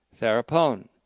Therapon